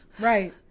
Right